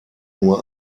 nur